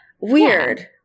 Weird